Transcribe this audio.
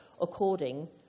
according